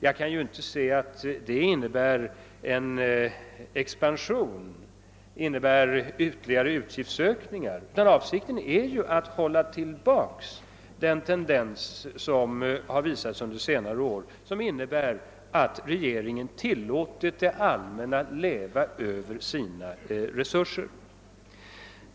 Jag kan inte se att det innebär en expansion och ytterligare utgiftsökningar, utan avsikten är ju att hålla tillbaka den tendens som har visat sig under senare år och som innebär att regeringen tillåtit det allmänna att leva över sina resurser.